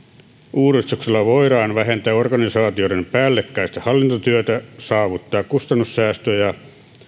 uudistuksella voidaan vähentää organisaatioiden päällekkäistä hallintotyötä saavuttaa kustannussäästöjä